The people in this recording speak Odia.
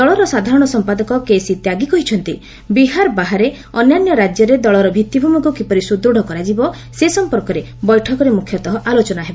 ଦଳର ସାଧାରଣ ସମ୍ପାଦକ କେସି ତ୍ୟାଗୀ କହିଛନ୍ତି ବିହାର ବାହାରେ ଅନ୍ୟାନ୍ୟ ରାଜ୍ୟରେ ଦଳର ଭିଭିଭୂମିକୁ କିପରି ସୁଦୃଢ଼ କରାଯିବ ସେ ସମ୍ପର୍କରେ ବୈଠକରେ ମୁଖ୍ୟତଃ ଆଲୋଚନା ହେବ